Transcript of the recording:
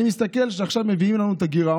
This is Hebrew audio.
אני מסתכל על זה שעכשיו מביאים לנו את הגירעון.